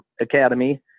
academy